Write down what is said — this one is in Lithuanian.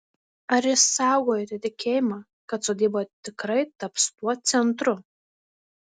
ar išsaugojote tikėjimą kad sodyba tikrai taps tuo centru